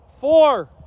four